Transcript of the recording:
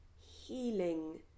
healing